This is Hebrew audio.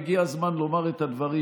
והגיע הזמן לומר את הדברים,